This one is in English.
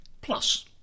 plus